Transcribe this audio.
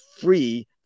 free